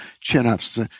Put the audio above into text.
chin-ups